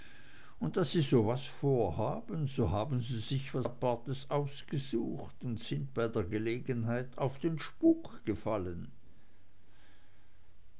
und da sie so was vorhaben so haben sie sich was apartes ausgesucht und sind bei der gelegenheit auf den spuk gefallen